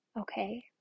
okay